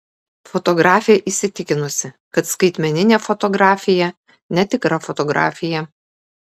fotografė įsitikinusi kad skaitmeninė fotografija netikra fotografija